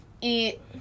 eat